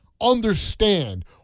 understand